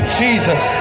jesus